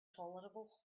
tolerable